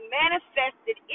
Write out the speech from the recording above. manifested